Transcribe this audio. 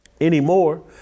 anymore